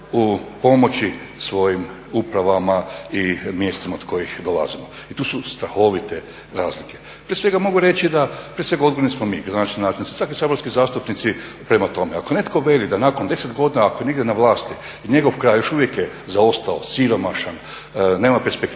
u pomoći svojim upravama i mjestima iz kojih dolazimo i tu su strahovite razlike. Prije svega mogu reći da prije svega odgovorni smo mi … svaki saborski zastupnici. Prema tome, ako netko veli da nakon 10 godina ako je negdje na vlasti i njegov kraj još uvijek je zaostao, siromašan, nema perspektive,